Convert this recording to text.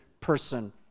person